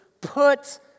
put